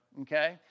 Okay